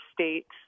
states